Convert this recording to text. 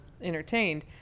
entertained